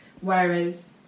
Whereas